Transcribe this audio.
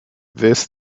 this